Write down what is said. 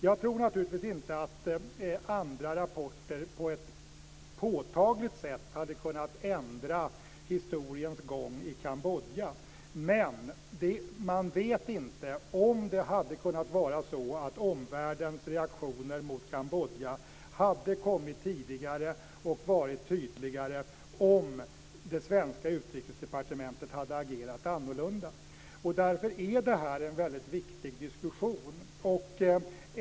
Jag tror naturligtvis inte att andra rapporter på ett påtagligt sätt hade kunnat ändra historiens gång i Kambodja, men man vet inte om omvärldens reaktioner mot Kambodja hade kommit tidigare och varit tydligare om det svenska utrikesdepartementet hade agerat annorlunda. Därför är det här en väldigt viktig diskussion.